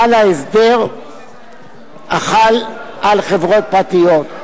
חל ההסדר החל על חברות פרטיות.